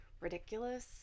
ridiculous